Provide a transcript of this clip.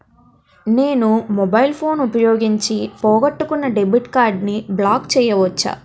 నేను mobile phone ఉపయోగించి పోగొట్టుకున్న డెబిట్ కార్డ్ని బ్లాక్ చేయవచ్చా?